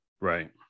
right